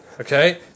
Okay